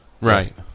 Right